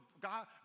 God